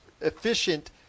efficient